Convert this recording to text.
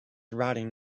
riding